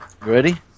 Ready